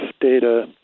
data